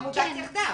כן,